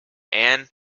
anne